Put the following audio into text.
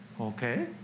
Okay